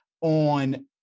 on